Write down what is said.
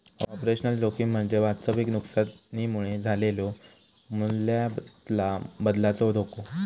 operational जोखीम म्हणजे वास्तविक नुकसानीमुळे झालेलो मूल्यातला बदलाचो धोको